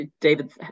David